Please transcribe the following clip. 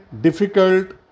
difficult